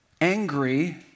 angry